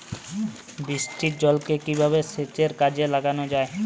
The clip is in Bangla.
বৃষ্টির জলকে কিভাবে সেচের কাজে লাগানো য়ায়?